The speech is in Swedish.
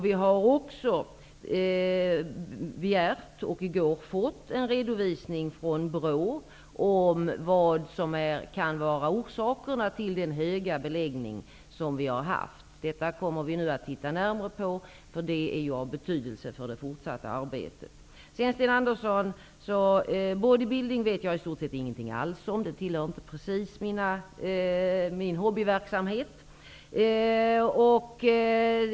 Vi har också begärt och i går fått en redovisning från BRÅ om vad som kan vara orsaken till den höga beläggning som har varit. Vi kommer nu att närmare se över detta, eftersom det är av betydelse för det fortsatta arbetet. Herr talman! Till Sten Andersson i Malmö vill jag säga att jag i stort sett inte vet någonting alls om bodybuilding. Det tillhör inte precis min hobbyverksamhet.